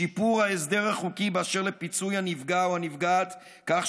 שיפור ההסדר החוקי באשר לפיצוי הנפגע או הנפגעת כך